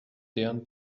deren